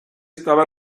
estaba